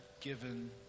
given